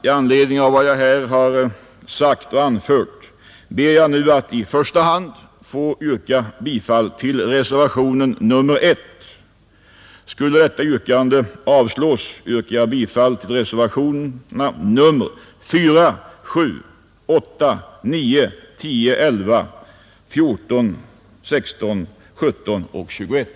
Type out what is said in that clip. I anledning av vad jag här har sagt ber jag att i första hand få yrka bifall till reservationen 1.